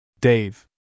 Dave